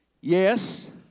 Yes